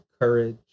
courage